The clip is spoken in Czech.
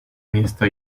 města